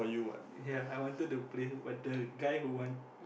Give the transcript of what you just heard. ya I wanted to play but the guy who want